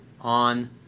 on